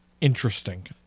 interesting